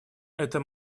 это